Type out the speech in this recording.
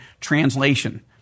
translation